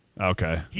Okay